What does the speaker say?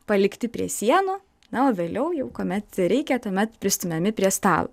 palikti prie sienų na o vėliau jau kuomet reikia tuomet pristumiami prie stalo